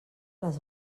les